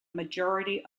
majority